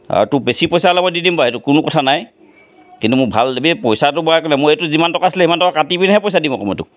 আৰু তোক বেছি পইচা অলপ মই দি দিম বাৰু এইটো কোনো কথা নাই কিন্তু মোক ভাল দিবি পইচাটো বাৰু এইটো মোৰ এইটো যিমান টকা আছিলে সিমান টকা কাটি পিনেহে পইচা দিম আকৌ তোক